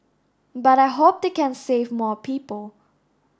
but I hope they can save more people